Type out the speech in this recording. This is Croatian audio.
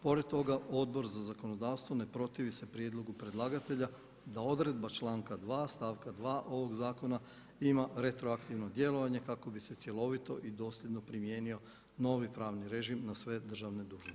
Pored toga Odbor za zakonodavstvo ne protivi se prijedlogu predlagatelja da odredba članka 2. stavka 2. ovog zakona ima retroaktivno djelovanje kako bi se cjelovito i dosljedno primijenio novi pravni režim na sve državne dužnosnike.